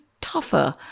tougher